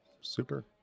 Super